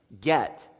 get